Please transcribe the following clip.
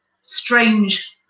strange